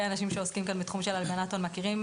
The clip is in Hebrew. אנשים שעוסקים גם בתחום של הלבנת הון מכירים,